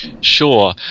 Sure